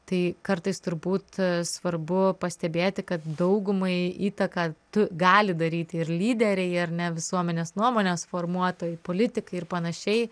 tai kartais turbūt svarbu pastebėti kad daugumai įtaką gali daryti ir lyderiai ar ne visuomenės nuomonės formuotojai politikai ir panašiai